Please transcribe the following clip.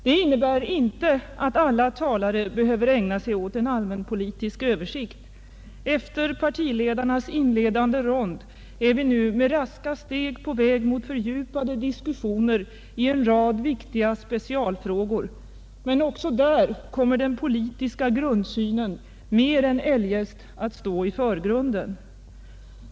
Det innebär inte att alla talare behöver ägna sig åt en allmänpolitisk översikt. Efter partiledarnas inledande rond är vi nu med raska steg på väg mot fördjupade diskussioner i en rad viktiga specialfrågor. Men också där kommer den politiska grundsynen mer än eljest att stå i förgrunden.